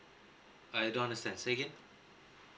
I don't understand say again